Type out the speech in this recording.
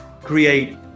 create